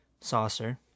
Saucer